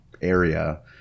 area